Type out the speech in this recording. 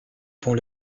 pont